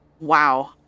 Wow